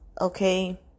okay